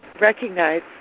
recognize